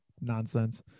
nonsense